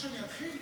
רוצה שאני אתחיל?